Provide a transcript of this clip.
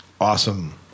Awesome